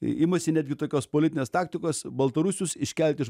i imasi netgi tokios politinės taktikos baltarusius iškelt iš